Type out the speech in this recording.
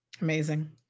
Amazing